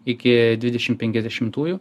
iki dvidešim penkiasdešimtųjų